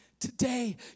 Today